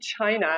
China